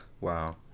Wow